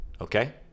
okay